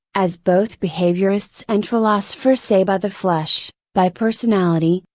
as both behaviorists and philosophers say by the flesh, by personality,